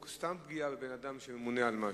או סתם פגיעה בבן-אדם שממונה על משהו.